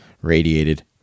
Radiated